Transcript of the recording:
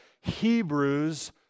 Hebrews